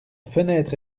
fenêtre